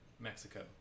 Mexico